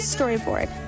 Storyboard